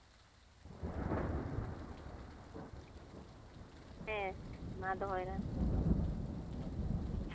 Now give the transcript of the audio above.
ᱦᱮᱸ ᱢᱟ ᱫᱚᱦᱚᱭ ᱢᱮ